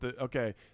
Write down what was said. okay